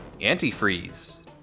antifreeze